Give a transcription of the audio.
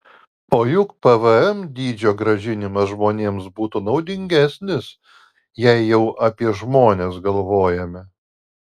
o juk pvm dydžio grąžinimas žmonėms būtų naudingesnis jei jau apie žmones galvojame